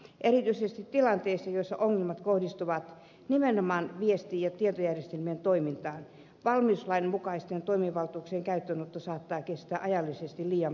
erityisesti tilanteissa joissa ongelmat kohdistuvat nimenomaan viesti ja tietojärjestelmien toimintaan valmiuslain mukaisten toimivaltuuksien käyttöönotto saattaa kestää ajallisesti liian pitkään